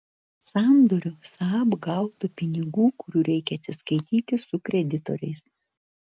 sandoriu saab gautų pinigų kurių reikia atsiskaityti su kreditoriais